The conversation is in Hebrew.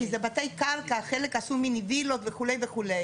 כי זה בתי קרקע חלק עשו מיני וילות וכו' וכו',